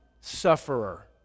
sufferer